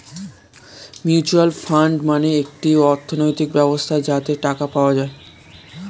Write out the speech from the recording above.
mutual fund মানে একটি অর্থনৈতিক ব্যবস্থা যাতে টাকা পাওয়া যায়